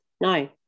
no